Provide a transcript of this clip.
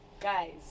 guys